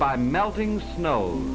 by melting snow